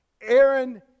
Aaron